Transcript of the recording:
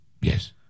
Yes